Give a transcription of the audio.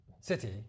city